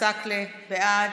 בעד, עסאקלה, בעד.